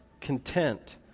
content